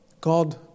God